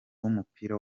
w’umupira